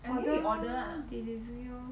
order delivery lor